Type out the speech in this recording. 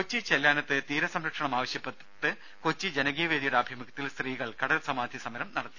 കൊച്ചി ചെല്ലാനത്ത് തീരസംരക്ഷണം ആവശ്യപ്പെട്ട് കൊച്ചി ജനകീയ വേദിയുടെ ആഭിമുഖ്യത്തിൽ സ്ത്രീകൾ കടൽ സമാധി സമരം നടത്തി